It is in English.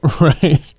Right